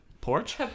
porch